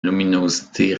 luminosité